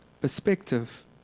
Perspective